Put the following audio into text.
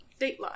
dateline